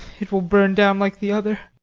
it will burn down like the other.